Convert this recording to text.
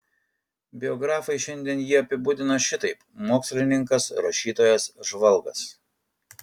biografai šiandien jį apibūdina šitaip mokslininkas rašytojas žvalgas